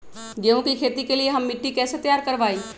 गेंहू की खेती के लिए हम मिट्टी के कैसे तैयार करवाई?